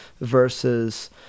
versus